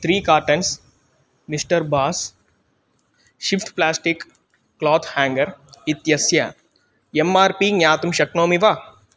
three cartons mister bass shift plastic cloth hanger इत्यस्य M R P ज्ञातुं शक्नोमि वा